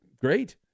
great